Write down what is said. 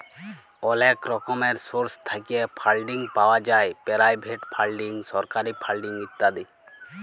অলেক রকমের সোর্স থ্যাইকে ফাল্ডিং পাউয়া যায় পেরাইভেট ফাল্ডিং, সরকারি ফাল্ডিং ইত্যাদি